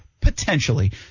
Potentially